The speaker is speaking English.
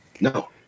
No